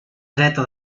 dreta